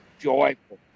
Joyful